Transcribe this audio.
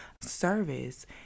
service